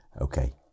Okay